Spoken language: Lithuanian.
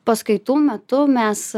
paskaitų metu mes